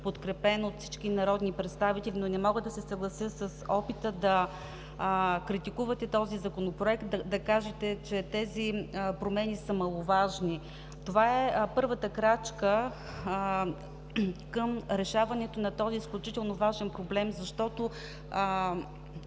подкрепен от всички народни представители, но не мога да се съглася с опита да критикувате този Законопроект, да кажете, че тези промени са маловажни. Това е първата крачка към решаването на този изключително важен проблем, защото